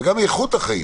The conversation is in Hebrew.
וגם איכות החיים